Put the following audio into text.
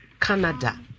Canada